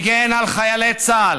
הגן על חיילי צה"ל,